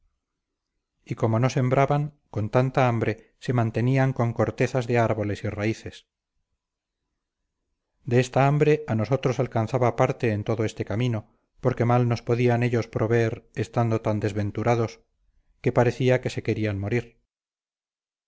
y como no sembraban con tanta hambre se mantenían con cortezas de árboles y raíces de esta hambre a nosotros alcanzaba parte en todo este camino porque mal nos podían ellos proveer estando tan desventurados que parecía que se querían morir